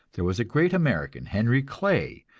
there was a great american, henry clay,